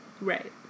Right